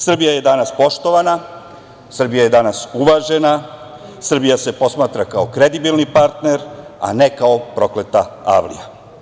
Srbija je danas poštovana, Srbija je danas uvažavana, Srbija se posmatra kao kredibilni partner, a ne kao „ prokleta avlija“